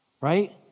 right